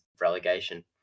relegation